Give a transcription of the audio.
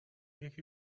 یکی